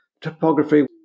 topography